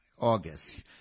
August